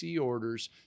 orders